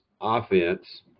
offense